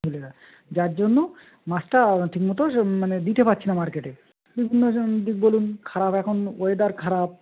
জেলেরা যার জন্য মাছটা ঠিকমতন মানে দিতে পাচ্ছি না মার্কেটে বলুন খারাপ এখন ওয়েদার খারাপ